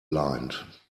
lined